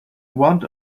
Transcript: want